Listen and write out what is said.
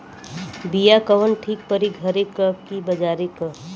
बिया कवन ठीक परी घरे क की बजारे क?